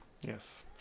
Yes